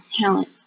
talent